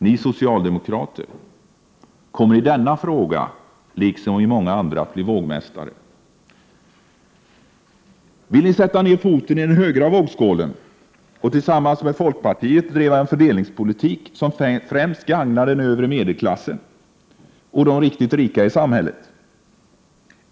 Ni socialdemokrater kommer i denna fråga, liksom i många andra att bli vågmästare. Vill ni sätta ner foten i den högra vågskålen och tillsammans med folkpartiet driva en fördelningspolitik som främst gagnar den övre medelklassen och de riktigt rika i samhället?